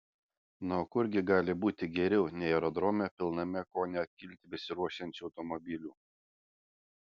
na o kur gi gali būti geriau nei aerodrome pilname ko ne kilti besiruošiančių automobilių